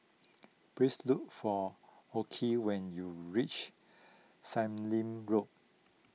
please look for Okey when you reach Sallim Road